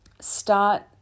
start